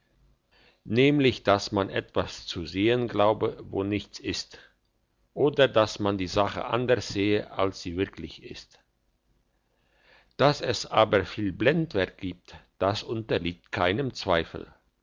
nämlich dass man etwas zu sehen glaube wo nichts ist oder dass man die sache anders sehe als sie wirklich ist dass es aber viel blendwerk gibt das unterliegt keinem zweifel